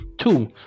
Two